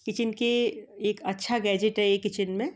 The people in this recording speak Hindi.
किचेन का एक अच्छा गैजेट है ये किचेन में